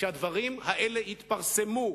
שהדברים האלה יתפרסמו.